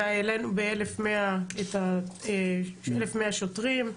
העלינו ב-1,100 שוטרים.